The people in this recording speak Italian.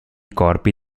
corpi